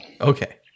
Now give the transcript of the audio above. Okay